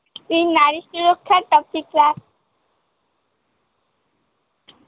তুই নারী সুরক্ষার টপিক রাখ